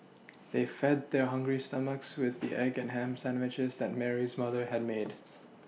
they fed their hungry stomachs with the egg and ham sandwiches that Mary's mother had made